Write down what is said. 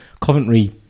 Coventry